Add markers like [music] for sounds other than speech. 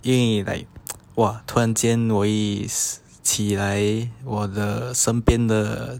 因为 like [noise] !wah! 突然间我一起来我的身边的